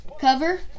Cover